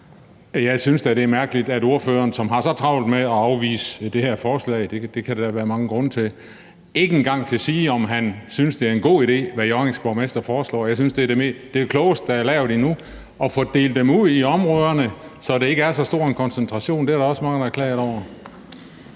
Jeg synes da, det er mærkeligt, at ordføreren, som har så travlt med at afvise det her forslag – og det kan der være mange grunde til – ikke engang kan sige, om han synes, at det, Hjørrings borgmester foreslår, er en god idé. Jeg synes, at forslaget om at fordele dem ude i regionerne, så der ikke er så stor en koncentration, hvilket der også er mange der har klaget over,